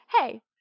Hey